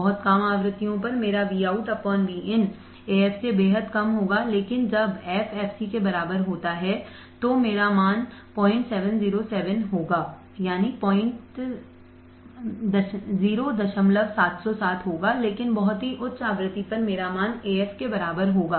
बहुत कम आवृत्तियों पर मेरा Vout Vin Af से बेहद कम होगा लेकिन जब f fc के बराबर होता है तो मेरा मान 0707 होगा लेकिन बहुत ही उच्च आवृत्ति पर मेरा मान Af के बराबर होगा